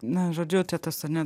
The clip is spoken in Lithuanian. na žodžiu čia tas ane